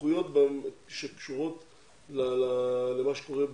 סמכויות שקשורות למה שקורה באינטרנט.